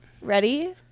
ready